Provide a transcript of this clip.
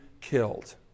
killed